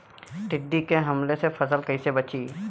टिड्डी के हमले से फसल कइसे बची?